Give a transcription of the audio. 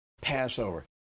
passover